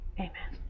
amen